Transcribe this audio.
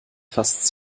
fast